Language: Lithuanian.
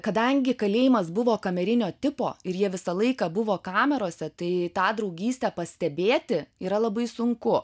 kadangi kalėjimas buvo kamerinio tipo ir jie visą laiką buvo kamerose tai tą draugystę pastebėti yra labai sunku